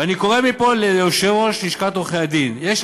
ואני קורא מפה ליושב-ראש לשכת עורכי-הדין: על